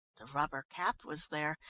the rubber cap was there,